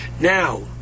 Now